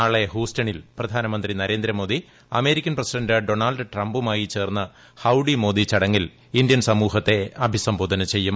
നാളെ ഹൂസ്റ്റണിൽ പ്രധാനമന്ത്രി നരേന്ദ്രമോദി അമേരിക്കൻ പ്രസിഡന്റ് ഡൊണാൾഡ് ട്രംപ്പുമായി ചേർന്ന് ഹൌഡി മോദി ചടങ്ങിൽ ഇന്ത്യൻ സമൂഹത്തെ അഭിസംബോധന ചെയ്യും